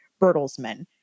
Bertelsmann